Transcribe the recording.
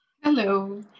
Hello